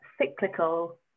cyclical